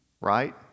right